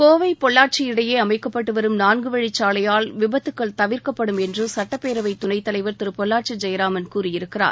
கோவை பொள்ளாச்சி இடையே அமைக்கப்பட்டு வரும் நான்கு வழிச்சாலையால் விபத்துக்கள் தவிர்க்கப்படும் என்று சுட்டப்பேரவை துணைத் தலைவர் திரு பொள்ளாச்சி ஜெயராமன் கூறியிருக்கிறார்